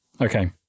okay